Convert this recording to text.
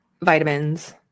vitamins